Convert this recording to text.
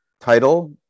title